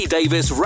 Davis